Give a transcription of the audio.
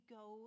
go